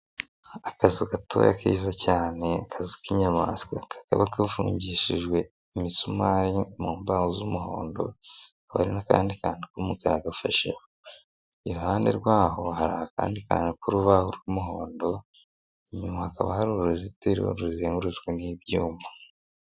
Akazu gatoya keza cyane k'inyamaswa kakaba kafungishijwe imisumari mu mbaho z'umuhondo, hakaba n'akandi gafasheho, iruhande rwaho hari akandi kantu k'urubaho rw'umuhondo inyuma hakaba hari uruzitiro ruzengurutswe n'ibyuma.